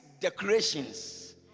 decorations